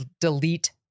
delete